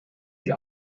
sie